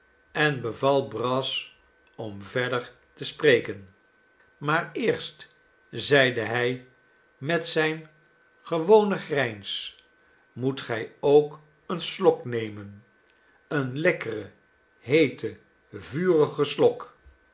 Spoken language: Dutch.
en beval brass om verder te spreken maar eerst zeide hij met zijn gewonen grijns moet gij ook een slok nemen een lekkeren heeten vurigen slok